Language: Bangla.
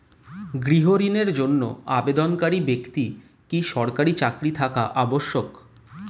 গৃহ ঋণের জন্য আবেদনকারী ব্যক্তি কি সরকারি চাকরি থাকা আবশ্যক?